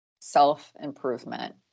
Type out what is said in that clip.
self-improvement